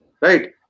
right